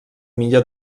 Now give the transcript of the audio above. millor